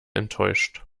enttäuscht